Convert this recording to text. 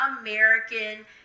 American